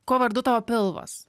kuo vardu tavo pilvas